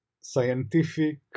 scientific